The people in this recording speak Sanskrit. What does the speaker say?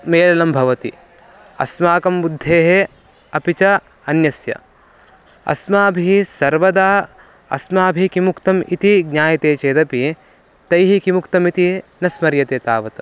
मेलनं भवति अस्माकं बुद्धेः अपि च अन्यस्य अस्माभिः सर्वदा अस्माभिः किमुक्तम् इति ज्ञायते चेदपि तैः किमुक्तम् इति न स्मर्यते तावत्